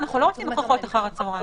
אנחנו לא רוצים הוכחות אחרי הצוהריים.